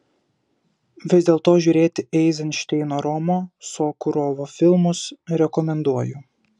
vis dėlto žiūrėti eizenšteino romo sokurovo filmus rekomenduoju